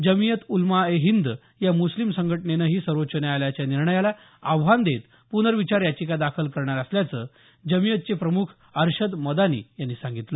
जमियत उल्मा ए हिंद या मुस्लीम संघटनेनंही सर्वोच्च न्यायालयाच्या निर्णयाला आव्हान देत प्नर्विचार याचिका दाखल करणार असल्याचं जमियतचे प्रम्ख अर्शद मदानी यांनी सांगितलं